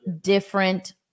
different